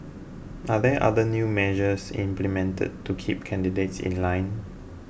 are there other new measures implemented to keep candidates in line